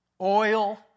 Oil